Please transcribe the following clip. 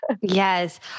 Yes